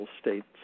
states